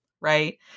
right